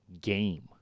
game